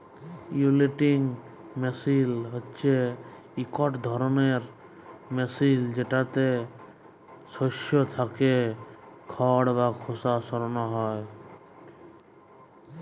উইলউইং মেসিল হছে ইকট ধরলের মেসিল যেটতে শস্য থ্যাকে খড় বা খোসা সরানো হ্যয়